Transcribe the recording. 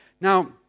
Now